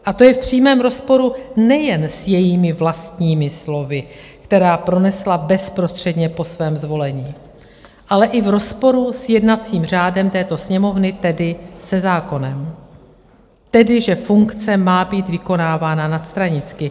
To je v přímém rozporu nejen s jejími vlastními slovy, která pronesla bezprostředně po svém zvolení, ale i v rozporu s jednacím řádem této Sněmovny, tedy se zákonem, tedy že funkce má být vykonávána nadstranicky.